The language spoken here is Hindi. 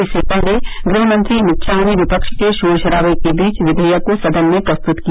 इससे पहले गृहमंत्री अमित शाह ने विपक्ष के शोर शराबे के बीच विघेयक को सदन में प्रस्तुत किया